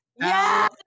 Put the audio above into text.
yes